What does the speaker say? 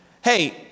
hey